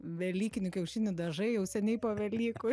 velykinių kiaušinių dažai jau seniai po velykų